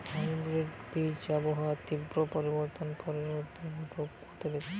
hybrid বীজ আবহাওয়ার তীব্র পরিবর্তন প্রতিরোধী এবং রোগ প্রতিরোধী